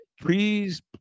Please